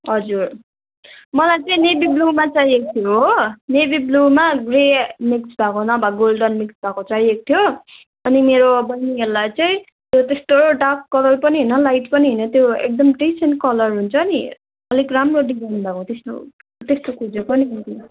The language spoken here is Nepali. हजुर मलाई चाहिँ नेभी ब्लुमा चाहिएको थियो हो नेभी ब्लुमा ग्रे मिक्स भएको नभए गोल्डन मिक्स भएको चाहिएको थियो अनि मेरो बैनीहरूलाई चाहिँ त्यस्तो डार्क कलर पनि होइन लाइट पनि होइन त्यो एकदम त्यही सेम कलर हुन्छ नि अलिक राम्रो डिजाइन भएको त्यस्तो त्यस्तो खोजेको नि मैले